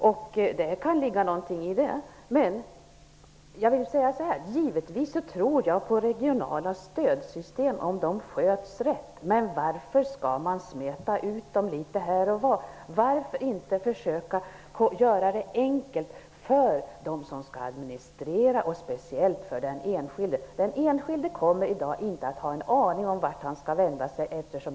Det kan ligga något i det, men låt mig säga så här. Givetvis tror jag på regionala stödsystem om de sköts rätt, men varför skall man smeta ut dem litet här och var? Varför inte försöka göra det enkelt för dem som skall administrera och speciellt för den enskilde? Den enskilde kommer i dag att inte ha en aning om vart han skall vända sig.